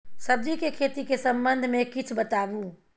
सब्जी के खेती के संबंध मे किछ बताबू?